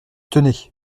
tenez